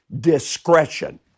discretion